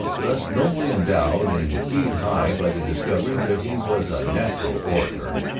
thus nobly endowed, and keyed high by the discovery that he was a natural orator,